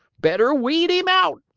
better weed him out!